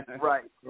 Right